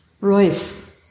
Royce